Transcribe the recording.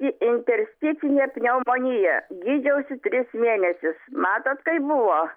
intersticinė pneumonija gydžiausi tris mėnesius matot kaip buvo